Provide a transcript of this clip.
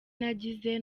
nagize